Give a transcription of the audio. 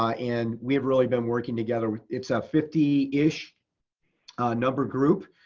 ah and we have really been working together. it's a fifty ish number group